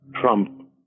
Trump